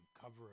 cover